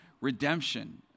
Redemption